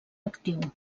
actiu